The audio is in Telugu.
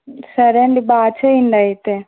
సరే అండి బాగా చేయండి అయితే